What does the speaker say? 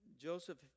Joseph